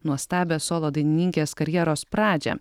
nuostabią solo dainininkės karjeros pradžią